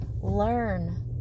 Learn